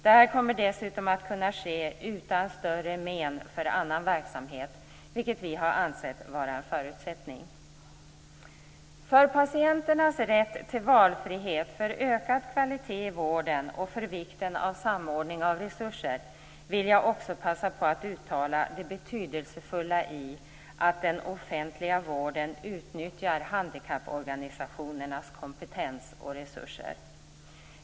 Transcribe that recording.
Detta kommer dessutom att kunna ske utan större men för annan verksamhet, vilket vi har ansett vara en förutsättning. För patienternas rätt till valfrihet, för ökad kvalitet i vården och för vikten av samordning av resurser vill jag också passa på att uttala det betydelsefulla i att den offentliga vården utnyttjar handikapporganisationernas kompetens och resurser.